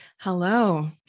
Hello